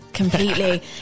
Completely